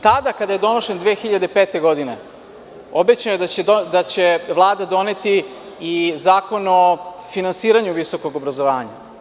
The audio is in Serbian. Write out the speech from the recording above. Tada kada je donošen 2005. godine obećano je da će Vlada doneti i zakon o finansiranju visokog obrazovanja.